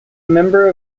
member